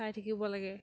চাই থাকিব লাগে